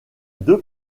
deux